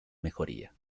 mejoría